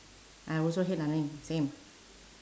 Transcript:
I also hate running same